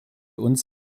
uns